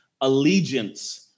allegiance